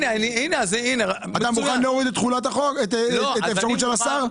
אתה מוכן להוריד את האפשרות של השר?